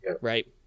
Right